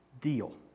deal